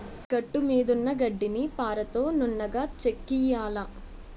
గట్టుమీదున్న గడ్డిని పారతో నున్నగా చెక్కియ్యాల